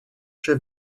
chef